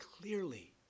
clearly